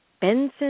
Benson